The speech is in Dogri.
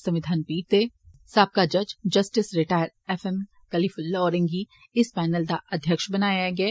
संविधान पीठ दे साबका जज justice retire F M I Kalifullah होरे गी इस पैनल दा अध्यक्ष बनाया गेआ ऐ